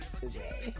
today